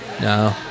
No